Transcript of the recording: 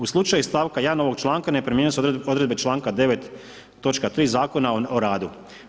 U slučaju iz stavka 1. ovog članka ne primjenjuju se odredbe članka 9. točka 3. Zakona o radu.